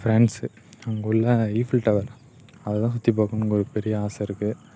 ஃப்ரான்சு அங்கே உள்ள Eiffel tower அதெலாம் சுற்றி பார்க்கணுங்கற ஒரு பெரிய ஆசை இருக்குது